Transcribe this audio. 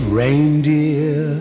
reindeer